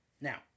Now